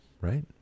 right